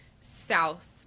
south